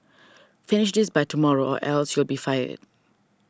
finish this by tomorrow or else you'll be fired